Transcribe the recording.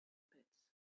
pits